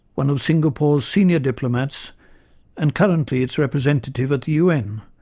one of singapore's senior diplomats and currently its representative at the un,